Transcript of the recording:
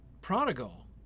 prodigal